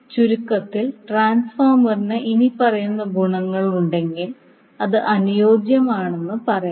ചുരുക്കത്തിൽ ട്രാൻസ്ഫോർമറിന് ഇനിപ്പറയുന്ന ഗുണങ്ങളുണ്ടെങ്കിൽ അത് അനുയോജ്യമാണെന്ന് പറയാം